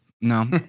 no